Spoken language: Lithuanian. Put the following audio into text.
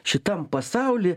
šitam pasauly